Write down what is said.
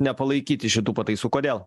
nepalaikyti šitų pataisų kodėl